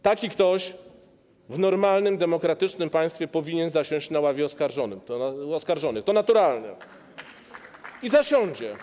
Taki ktoś w normalnym demokratycznym państwie powinien zasiąść na ławie oskarżonych, to naturalne, i zasiądzie.